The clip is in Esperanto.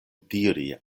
diri